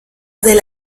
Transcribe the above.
del